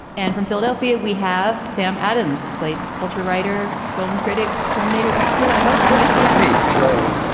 and from philadelphia we have sam adams slate's culture writer film critic terminator expert i hope. i said to me hello.